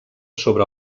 sobre